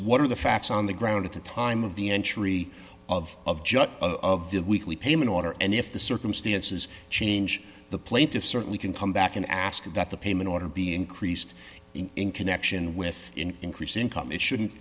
what are the facts on the ground at the time of the entry of judge of the weekly payment order and if the circumstances change the plaintiff certainly can come back and ask that the payment order be increased in connection with increase income it shouldn't